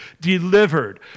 delivered